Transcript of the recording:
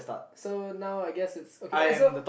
so now I guess it's okay eh so